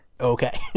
Okay